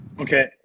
Okay